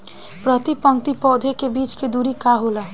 प्रति पंक्ति पौधे के बीच के दुरी का होला?